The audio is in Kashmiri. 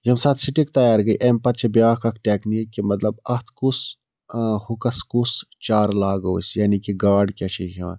ییٚمہِ ساتہٕ سِٹِک تَیار گٔے امہِ پَتہٕ چھِ بیٛاکھ اَکھ ٹیٚکنیٖک کہِ مطلب اتھ کُس ٲں ہُکَس کُس چارٕ لاگو أسۍ یعنی کہِ گاڑ کیٛاہ چھِ یہِ کھیٚوان